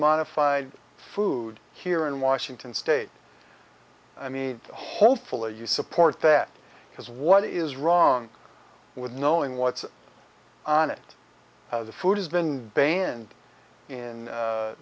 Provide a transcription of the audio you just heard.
modified food here in washington state i mean hopefully you support that because what is wrong with knowing what's on it food has been banned in